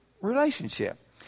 relationship